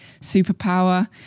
superpower